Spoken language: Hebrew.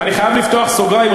אני חייב לפתוח סוגריים.